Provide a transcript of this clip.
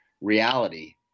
reality